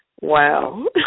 Wow